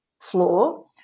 floor